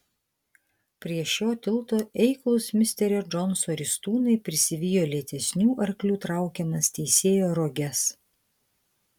prie šio tilto eiklūs misterio džonso ristūnai prisivijo lėtesnių arklių traukiamas teisėjo roges